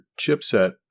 chipset